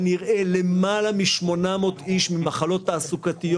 יהיה אזור אישי שיאפשר לאזרח ולעסק לראות את כל הזכויות,